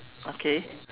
okay